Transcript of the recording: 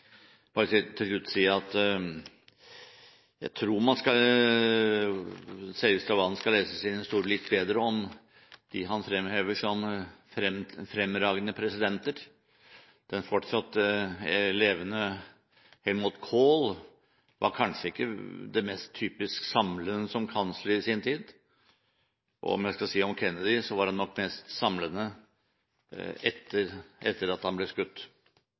bare til slutt si at Serigstad Valen bør lese sin historie bedre med hensyn til dem han fremhever som fremragende presidenter. Den fortsatt levende Helmut Kohl var kanskje ikke den mest typisk samlende som kansler i sin tid, og Kennedy var nok mest samlende etter at han ble skutt.